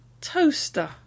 toaster